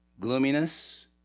gloominess